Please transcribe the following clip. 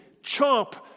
chomp